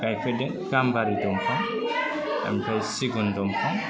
गायफेरदों गाम्बारि दंफां आमफाय सिगुन दंफां